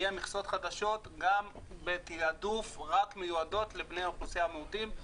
יהיו מכסות חדשות גם בתעדוף שמיודות רק לבני אוכלוסיית המיעוטים.